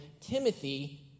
Timothy